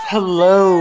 Hello